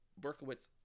Berkowitz